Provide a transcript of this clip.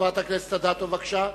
חברת הכנסת אדטו, בבקשה.